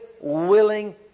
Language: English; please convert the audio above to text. willing